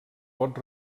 pot